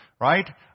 right